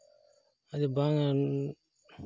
ᱟᱪᱪᱷᱟ ᱵᱟᱝᱼᱟ